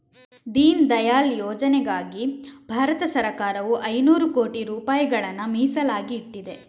ದೀನ್ ದಯಾಳ್ ಯೋಜನೆಗಾಗಿ ಭಾರತ ಸರಕಾರವು ಐನೂರು ಕೋಟಿ ರೂಪಾಯಿಗಳನ್ನ ಮೀಸಲಾಗಿ ಇಟ್ಟಿದೆ